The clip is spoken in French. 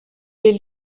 les